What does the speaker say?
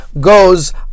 goes